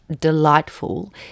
delightful